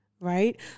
right